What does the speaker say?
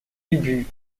ubu